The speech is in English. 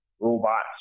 robots